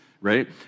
right